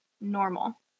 normal